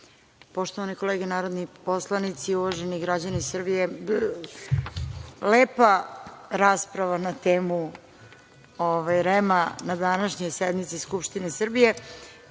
kolege narodni poslanici, uvaženi građani Srbije, lepa rasprava na temu REM na današnjoj sednici Skupštine Srbije. Ono